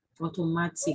automatic